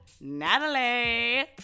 Natalie